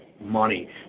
money